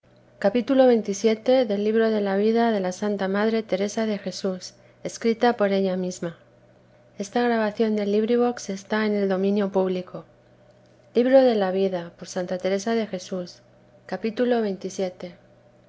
de jesús tomo i vida de ía santa madre teresa de jesús escrita por ella misma pro logo del exorno sr marqués de